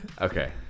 Okay